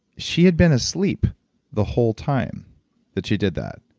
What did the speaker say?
she had been asleep the whole time that she did that,